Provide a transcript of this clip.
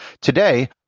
Today